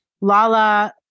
Lala